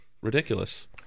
ridiculous